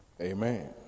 Amen